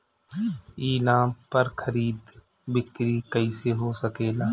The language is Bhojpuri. ई नाम पर खरीद बिक्री कैसे हो सकेला?